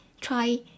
Try